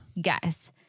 Guys